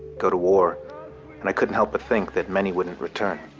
go to war and i couldn't help but think that many wouldn't return.